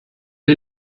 est